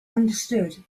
understood